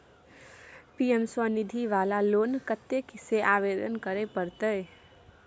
PM Svanidhi वाला loan कत्ते से आवेदन करे परतै?